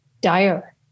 dire